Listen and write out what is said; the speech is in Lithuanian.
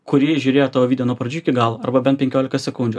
kurį žiūrėjo tavo video nuo pradžių iki galo arba bent penkioliką sekundžių